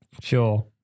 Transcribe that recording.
Sure